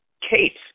Kate